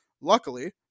Luckily